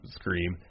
scream